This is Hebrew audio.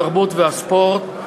התרבות והספורט,